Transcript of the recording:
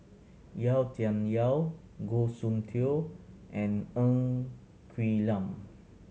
Yau Tian Yau Goh Soon Tioe and Ng Quee Lam